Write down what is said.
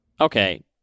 Okay